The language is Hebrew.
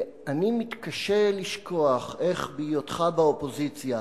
ואני מתקשה לשכוח איך בהיותך באופוזיציה